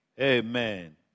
Amen